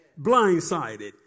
Blindsided